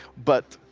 but,